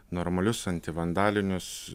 normalius antivandalinius